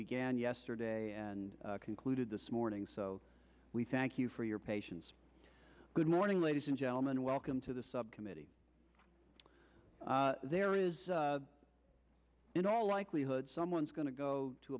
began yesterday and concluded this morning so we thank you for your patience good morning ladies and gentlemen welcome to the subcommittee there is in all likelihood someone's going to go to